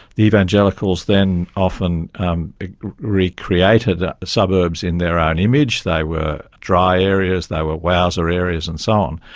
the evangelicals then often um recreated ah suburbs in their own image, they were dry areas, they were wowser areas and so on.